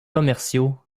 commerciaux